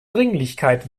dringlichkeit